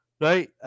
Right